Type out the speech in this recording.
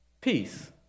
peace